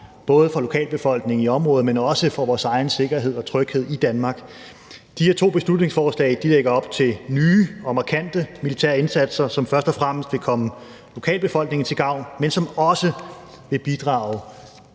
både for lokalbefolkningen i området, men også i forhold til vores egen sikkerhed og tryghed i Danmark. De her to beslutningsforslag lægger op til nye og markante militære indsatser, som først og fremmest vil komme lokalbefolkningen til gavn, men som også vil bidrage